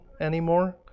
anymore